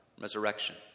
resurrection